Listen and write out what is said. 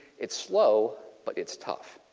it's slow, but it's tough.